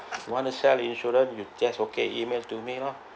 you want to sell insurance you just okay email to me lor